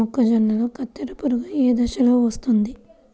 మొక్కజొన్నలో కత్తెర పురుగు ఏ దశలో వస్తుంది?